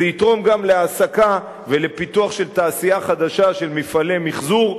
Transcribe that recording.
זה יתרום גם להעסקה ולפיתוח של תעשייה חדשה של מפעלי מיחזור.